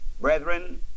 Brethren